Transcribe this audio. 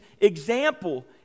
example